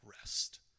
rest